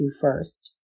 first